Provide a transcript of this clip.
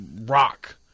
rock